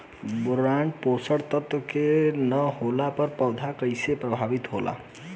Boron पोषक तत्व के न होला से पौधा कईसे प्रभावित होला?